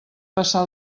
passar